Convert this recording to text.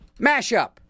mashup